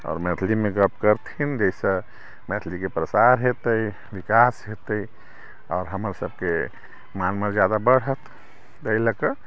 आओर मैथिलीमे गप्प करथिन जाहिसँ मैथिलीके प्रसार हेतै विकास हेतै आओर हमर सभके मान मर्यादा बढ़त एहि लकऽ